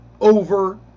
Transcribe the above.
over